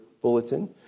bulletin